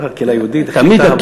רק הקהילה היהודית החליטה,